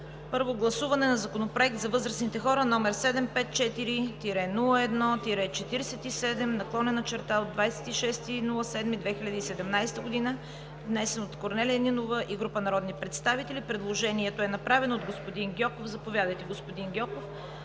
Първо гласуване на Законопроект за възрастните хора, № 754 01 47/26 юли 2017 г., внесен от Корнелия Нинова и група народни представители. Предложението е направено от господин Гьоков. Заповядайте, господин Гьоков,